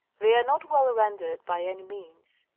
they are not well ren dered by any means.